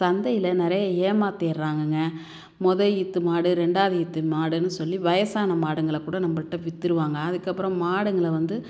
சந்தையில் நிறைய ஏமாற்றிட்றாங்கங்க மொதல் ஈத்து மாடு ரெண்டாவது ஈத்து மாடுன்னு சொல்லி வயதான மாடுங்களை கூட நம்மள்ட்ட விற்றுருவாங்க அதுக்கப்புறம் மாடுங்களை வந்து